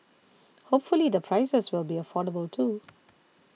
hopefully the prices will be affordable too